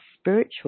spiritual